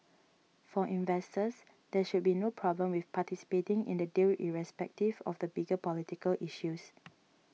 for investors there should be no problem with participating in the deal irrespective of the bigger political issues